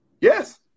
Yes